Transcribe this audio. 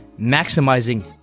maximizing